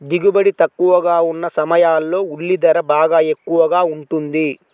దిగుబడి తక్కువగా ఉన్న సమయాల్లో ఉల్లి ధర బాగా ఎక్కువగా ఉంటుంది